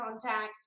contact